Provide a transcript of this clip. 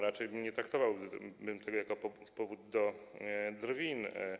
Raczej nie traktowałbym tego jako powodu do drwin.